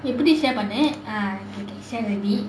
எப்படி:eppadi share பண்ண:panna ah share already